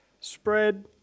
spread